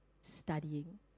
studying